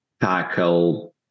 tackle